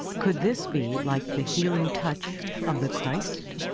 could this be like the healing touch of the christ?